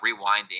rewinding